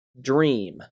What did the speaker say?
Dream